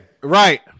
Right